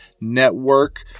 Network